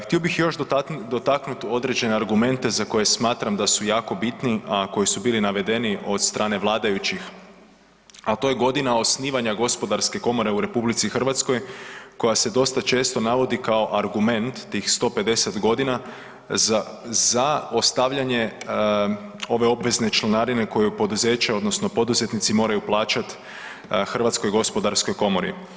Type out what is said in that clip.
Htio bih još dotaknuti određene argumente za koje smatram da su jako bitni, a koji su bili navedeni od strane vladajućih, a to je godina osnivanja gospodarske komore u RH koja se dosta često navodi kao argument tih 150 godina za ostavljanje ove obvezne članarine koju poduzeća odnosno poduzetnici moraju plaćati Hrvatskoj gospodarskoj komori.